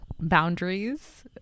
boundaries